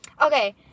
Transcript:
Okay